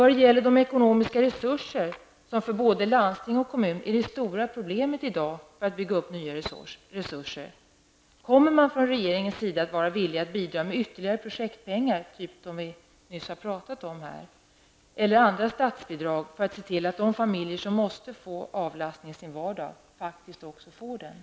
Vad beträffar ekonomiska resurser, som för både landsting och kommun i dag är det stora problemet att bygga upp, kommer man från regeringens sida att vara villig att bidra med ytterligare projektpengar, typ de som vi nyss talade om, eller andra statsbidrag för att se till att de familjer som måste få avlastning i sin vardag verkligen också kan få avlastning?